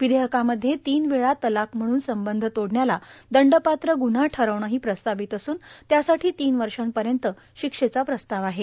विधेयकामध्ये तीन वेळा तलाक म्हणून संबंध तोडण्याला दंडपात्र ग्न्हा ठरवणेही प्रस्तावित असून त्यासाठी तीन वर्षापर्यंत शिक्षेचा प्रस्ताव आहे